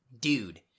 dude